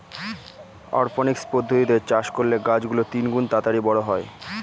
অরপনিক্স পদ্ধতিতে চাষ করলে গাছ গুলো তিনগুন তাড়াতাড়ি বড়ো হয়